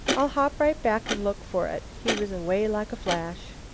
i'll hop right back and look for it. he was away like a flash.